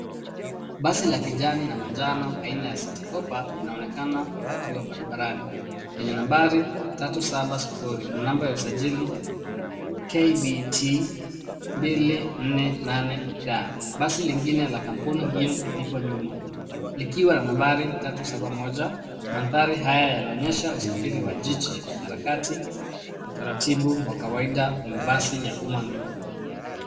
Basi la kijani na manjano, aina ya City Hoppa linaonekana likiwa barabarani, lenye nambari tatu saba sufuri na namba ya usajili KBT 248D. Basi lingine la kampuni hiyo lipo nyuma ,likiwa na nambari tatu saba moja. Mandhari haya yanaonyesha usafiri wa jiji kwenye harakati na utaratibu wa kawaida wa mabasi ya umma Nairobi.